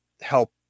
help